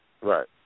Right